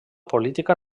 política